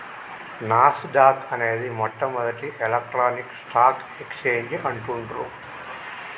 నాస్ dock అనేది మొట్టమొదటి electronic stock exchange అంటుండ్రు